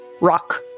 Rock